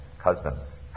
Husbands